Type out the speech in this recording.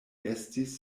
estis